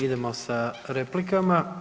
Idemo sa replikama.